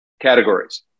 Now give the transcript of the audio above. categories